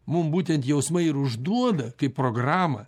mum būtent jausmai ir užduoda kaip programą